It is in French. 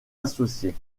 associées